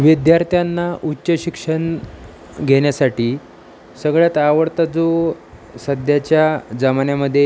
विद्यार्थ्यांना उच्च शिक्षण घेण्यासाठी सगळ्यांत आवडता जो सध्याच्या जमान्यामध्ये